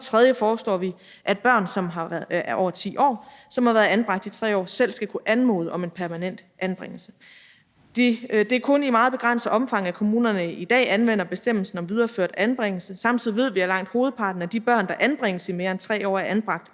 tredje foreslår vi, at børn, som er over 10 år, og som har været anbragt i 3 år, selv skal kunne anmode om en permanent anbringelse. Det er kun i meget begrænset omfang, at kommunerne i dag anvender bestemmelsen om videreført anbringelse. Samtidig ved vi, at langt hovedparten af de børn, der anbringes i mere end 3 år, er anbragt